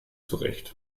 zurecht